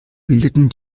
bildeten